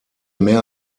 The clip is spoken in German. mehr